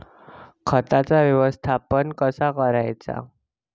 खताचा व्यवस्थापन कसा करायचा?